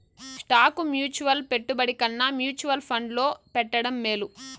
stock mutual పెట్టుబడి కన్నా mutual ఫండ్లో పెట్టడం మేలు